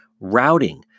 routing